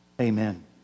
Amen